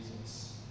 Jesus